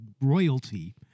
royalty